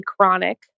chronic